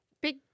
big